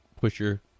pusher